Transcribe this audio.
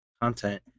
content